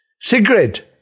Sigrid